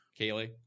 Kaylee